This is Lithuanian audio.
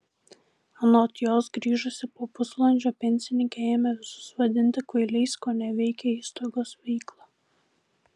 anot jos grįžusi po pusvalandžio pensininkė ėmė visus vadinti kvailiais koneveikė įstaigos veiklą